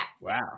Wow